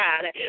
God